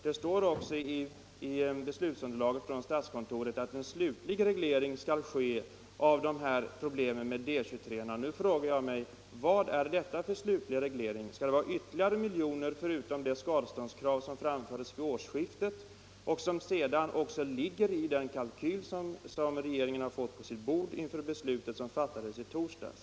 Det heter i beslutsunderlaget från statskontoret att en slutlig reglering skall ske av problemen med D 23-orna. Vad är det för slutlig reglering? Skall man kräva ytterligare miljoner utöver de skadeståndskrav som framfördes vid årsskiftet och som sedan också fanns med i den kalkyl som regeringen fått på sitt bord inför det beslut som fattades i torsdags?